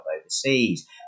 overseas